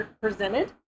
presented